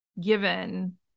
given